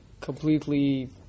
completely